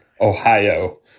Ohio